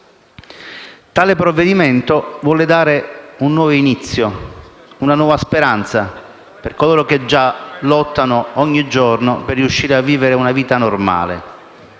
Il provvedimento in esame vuole dare un nuovo inizio e una nuova speranza a coloro che già lottano ogni giorno per riuscire a vivere una vita normale.